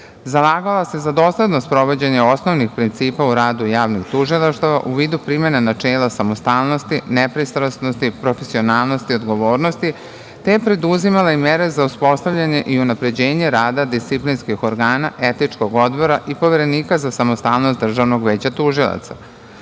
se za dosledno sprovođenje osnovnih principa u radu javnih tužilaštava u vidu primene načela samostalnosti, nepristrasnosti, profesionalnosti, odgovornosti, te je preduzimala i mere za uspostavljanje i unapređenje rada disciplinskih organa Etičkog odbora i poverenika za samostalnost Državnog veća tužilaca. Radi